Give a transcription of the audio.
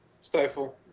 Stifle